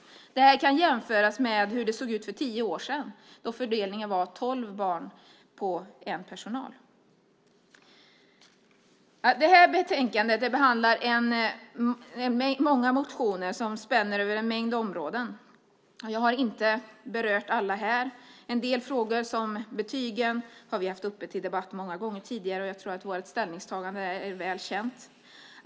Detta kan jämföras med hur det såg ut för tio år sedan då fördelningen var 12 barn per anställd. Det här betänkandet behandlar många motioner som spänner över en mängd områden. Jag har inte berört alla här. En del frågor, som betygen, har vi haft uppe till debatt många gånger tidigare. Jag tror att vårt ställningstagande är väl känt.